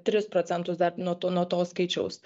tris procentus dar nuo to nuo to skaičiaus